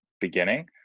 beginning